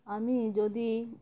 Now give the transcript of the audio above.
আমি যদি